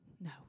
No